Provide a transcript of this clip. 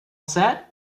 set